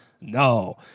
No